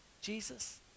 Jesus